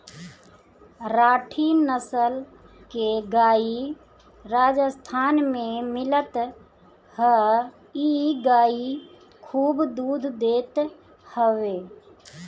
राठी नसल के गाई राजस्थान में मिलत हअ इ गाई खूब दूध देत हवे